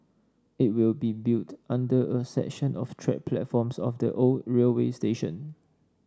it will be built under a section of track platforms of the old railway station